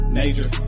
major